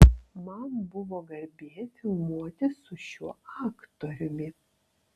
man buvo garbė filmuotis su šiuo aktoriumi